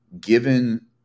given